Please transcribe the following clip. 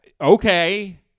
Okay